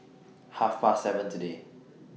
Half Past seven today